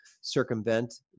circumvent